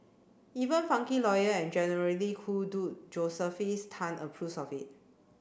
even funky lawyer and generally cool dude Josephus Tan approves of it